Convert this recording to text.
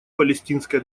палестинской